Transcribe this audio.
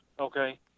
Okay